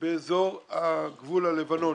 באזור הגבול הלבנוני.